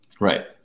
Right